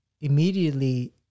immediately